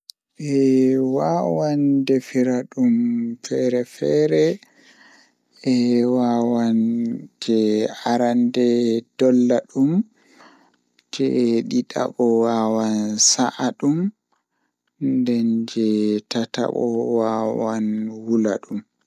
Woodi miseum haa kombi haa kombi saare lamido yola kanjum do mi yidi nastugo masin ngam woodi kareeji tari wuro man ko neebi nden tomi nasti mi laaran no wuro man fuddiri haa no wari jooni ko wontiri haa nder man suudu tarihi man.